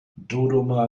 dodoma